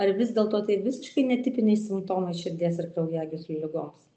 ar vis dėlto tai visiškai netipiniai simptomai širdies ir kraujagyslių ligoms